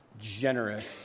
generous